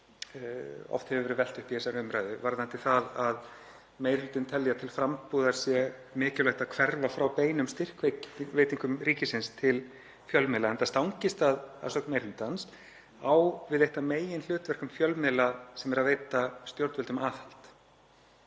oft hefur verið velt upp í þessari umræðu varðandi það að meiri hlutinn telji að til frambúðar sé mikilvægt að hverfa frá beinum styrkveitingum ríkisins til fjölmiðla enda stangist það, að sögn meiri hlutans, á við eitt af meginhlutverkum fjölmiðla sem er að veita stjórnvöldum aðhald.